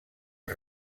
els